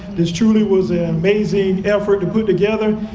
this truly was an amazing effort to put together.